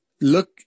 Look